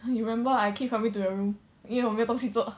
you remember I keep coming to your room 因为我没有东西做